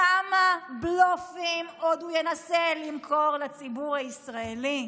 כמה בלופים עוד הוא ינסה למכור לציבור הישראלי?